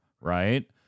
right